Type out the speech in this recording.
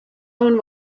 own